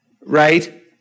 right